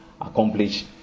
accomplish